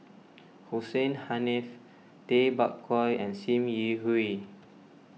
Hussein Haniff Tay Bak Koi and Sim Yi Hui